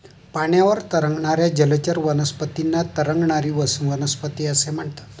पाण्यावर तरंगणाऱ्या जलचर वनस्पतींना तरंगणारी वनस्पती असे म्हणतात